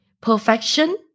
perfection